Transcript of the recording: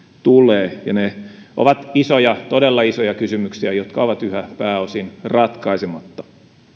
tulee ja ne ovat isoja todella isoja kysymyksiä jotka ovat yhä pääosin ratkaisematta